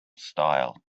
style